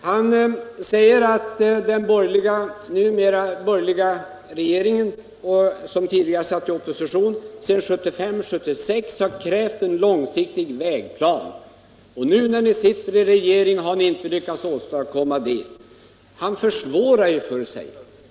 Han säger att de borgerliga, som tidigare var opposition, 1975 och 1976 krävde en långsiktig vägplan men att vi nu, när vi sitter i regeringsställning, inte har lyckats åstadkomma någon sådan. Herr Hugosson försvårar för sig!